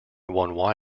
one